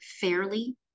fairly